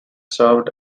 served